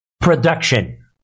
production